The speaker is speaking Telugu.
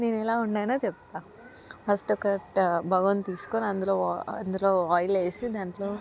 నేనెల వండానో చెప్తాను ఫస్ట్ ఒక ట బగోన్ తీసుకొని అందులో వొ అందులో ఆయిలేసి దాంట్లో